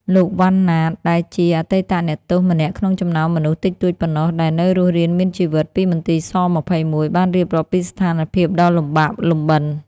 លោក វ៉ាន់ ណាត ដែលជាអតីតអ្នកទោសម្នាក់ក្នុងចំណោមមនុស្សតិចតួចប៉ុណ្ណោះដែលនៅរស់រានមានជីវិតពីមន្ទីរស-២១ បានរៀបរាប់ពីស្ថានភាពដ៏លំបាកលំបិន។